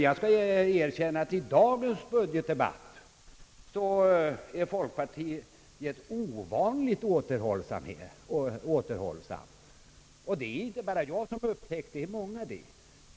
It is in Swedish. Jag skall erkänna att folkpartiet i dagens budgetdebatt är ovanligt återhållsamt; det är inte bara jag som har upptäckt det utan många andra.